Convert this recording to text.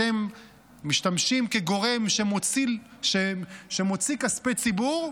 אתם משמשים כגורם שמוציא כספי ציבור,